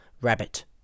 rabbit